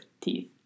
teeth